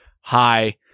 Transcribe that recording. hi